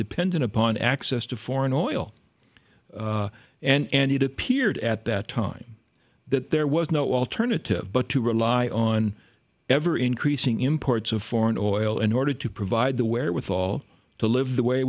dependent upon access to foreign oil and it appeared at that time that there was no alternative but to rely on ever increasing imports of foreign oil in order to provide the wherewithal to live the way